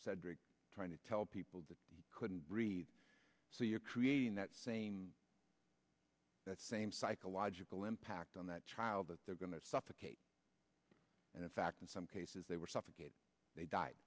cedric trying to tell people that couldn't read so you're creating that same that same psychological impact on that child that they're going to suffocate and in fact in some cases they were suffocated they died